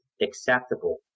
acceptable